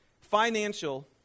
Financial